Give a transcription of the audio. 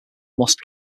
must